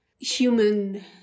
human